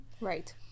Right